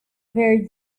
very